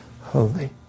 holy